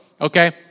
Okay